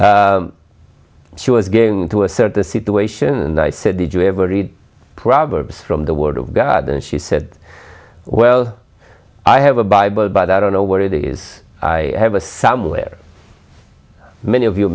she was getting to a certain situation and i said did you ever read proverbs from the word of god and she said well i have a bible but i don't know where it is i have a somewhere many of you